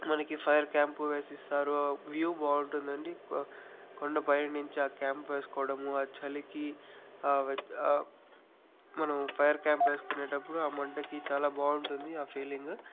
మనకి fire camp వేసిస్తారు view బాగుంటుంది అండి కొ కొండపైన నుంచి ఆ క్యాంప్ వేసుకోవడము ఆ చలికి ఆ మనం ఫైర్ క్యాంప్ వేసుకొనేటప్పుడు ఆ మంటకు చాలా బాగుంటుంది ఆ ఫీలింగ్